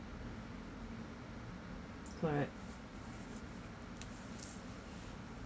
correct